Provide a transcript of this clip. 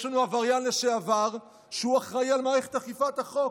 יש לנו עבריין לשעבר שהוא אחראי למערכת אכיפת החוק.